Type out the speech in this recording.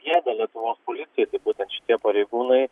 gėda lietuvos policijai tai būtent šitie pareigūnai